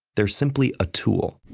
they're simply a tool.